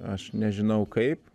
aš nežinau kaip